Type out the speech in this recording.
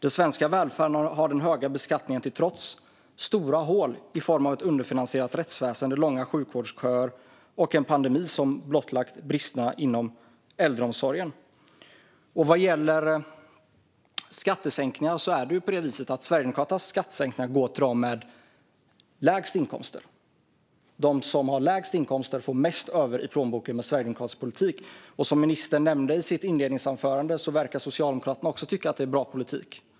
Den svenska välfärden har den höga beskattningen till trots stora hål i form av ett underfinansierat rättsväsen, långa sjukvårdsköer och en pandemi som blottlagt bristerna inom äldreomsorgen". Vad gäller skattesänkningar går Sverigedemokraternas skattesänkningar till dem med lägst inkomster. De som har lägst inkomster får mest över i plånboken med sverigedemokratisk politik. Som ministern nämnde i sitt inledningsanförande verkar Socialdemokraterna också tycka att det är bra politik.